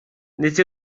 nid